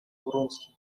вронским